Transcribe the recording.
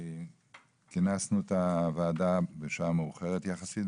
כינסנו את הוועדה בשעה מאוחרת יחסית,